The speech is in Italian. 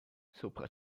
sopra